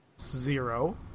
Zero